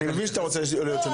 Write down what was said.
אני מבין שאתה רוצה להיות שונה,